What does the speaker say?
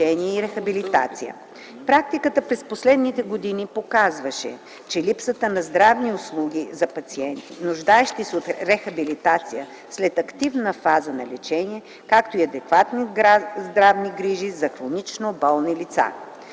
Практиката през последните години показваше, че липсват здравни услуги за пациенти, нуждаещи се от рехабилитация след активната фаза на лечение, както и адекватни здравни грижи за хронично болни лица.